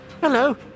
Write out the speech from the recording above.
Hello